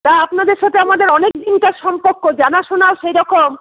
তা আপনাদের সাথে আমাদের অনেক দিনকার সম্পর্ক জানাশোনাও সেইরকম